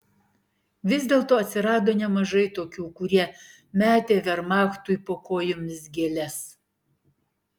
vis dėlto atsirado nemažai tokių kurie metė vermachtui po kojomis gėles